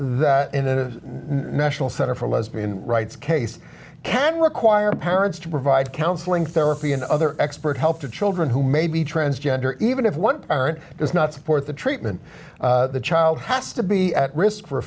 there the national center for lesbian rights case can require parents to provide counseling therapy and other expert help to children who may be transgender even if one does not support the treatment the child has to be at risk for a